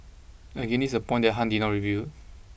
again this a point that Han did not reveal